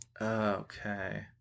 Okay